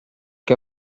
che